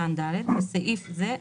(ד)בסעיף זה,